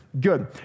good